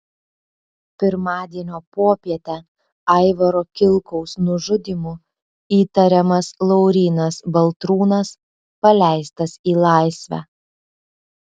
pirmadienio popietę aivaro kilkaus nužudymu įtariamas laurynas baltrūnas paleistas į laisvę